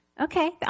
Okay